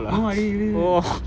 no I didn't you didn't